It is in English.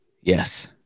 Yes